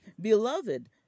Beloved